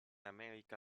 america